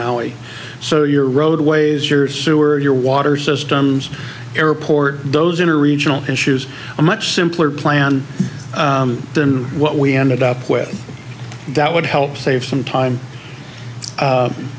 maui so your roadways your sewer your water systems airport those in a regional issues a much simpler plan than what we ended up with that would help save some time